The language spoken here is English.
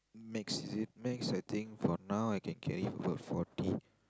max is it max I think for now I can carry above forty